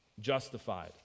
justified